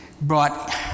brought